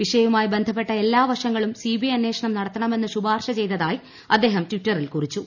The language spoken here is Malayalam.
വിഷയവുമായി ബന്ധപ്പെട്ട എല്ലാ വശങ്ങളും സിബിഐ അന്വേഷണം നടത്തണമെന്ന് ശുപാർശ്ച് ചെയ്തതായി അദ്ദേഹം ടിറ്ററിൽ കുറിച്ചു